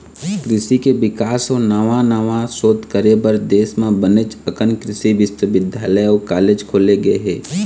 कृषि के बिकास अउ नवा नवा सोध करे बर देश म बनेच अकन कृषि बिस्वबिद्यालय अउ कॉलेज खोले गे हे